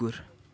कुकुर